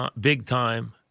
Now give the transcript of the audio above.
big-time